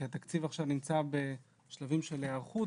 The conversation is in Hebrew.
כי התקציב עכשיו נמצא בשלבים של היערכות